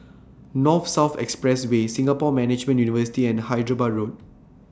North South Expressway Singapore Management University and Hyderabad Road